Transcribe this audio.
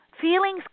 feelings